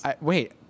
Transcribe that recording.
wait